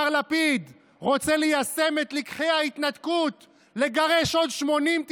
מר לפיד רוצה ליישם את לקחי ההתנתקות ולגרש עוד 80,000,